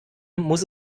muss